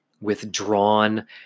withdrawn